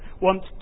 want